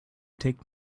take